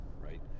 right